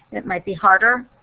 it might be harder.